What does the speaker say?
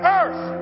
earth